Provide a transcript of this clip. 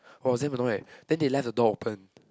oh I was damn annoyed then they left the door open